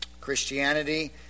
Christianity